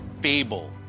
Fable